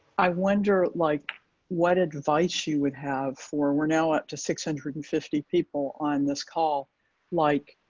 i wonder like what advice you would have for we're now up to six hundred and fifty people on this call like